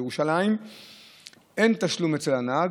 בירושלים אין תשלום אצל הנהג,